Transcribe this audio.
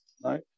No